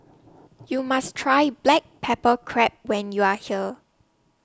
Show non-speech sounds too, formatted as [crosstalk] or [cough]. [noise] YOU must Try Black Pepper Crab when YOU Are here